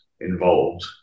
involved